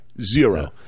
Zero